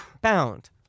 Bound